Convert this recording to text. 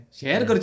share